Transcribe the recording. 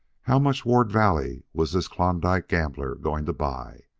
how much ward valley was this klondike gambler going to buy?